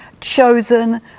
chosen